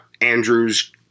Andrew's